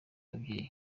ababyeyi